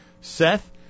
Seth